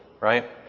right